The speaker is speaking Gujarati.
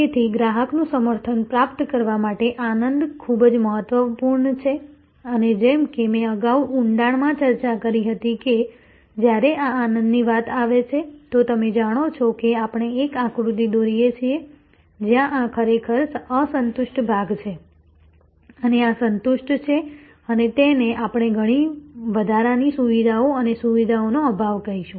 તેથી ગ્રાહકનું સમર્થન પ્રાપ્ત કરવા માટે આનંદ ખૂબ જ મહત્વપૂર્ણ છે અને જેમ કે મેં અગાઉ ઊંડાણમાં ચર્ચા કરી હતી કે જ્યારે આ આનંદની વાત આવે છે તો તમે જાણો છો કે આપણે એક આકૃતિ દોરીએ છીએ જ્યાં આ ખરેખર અસંતુષ્ટ ભાગ છે અને આ સંતુષ્ટ છે અને તેને આપણે ઘણી વધારાની સુવિધાઓ અને સુવિધાઓનો અભાવ કહીશું